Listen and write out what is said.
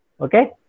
Okay